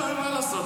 אין מה לעשות,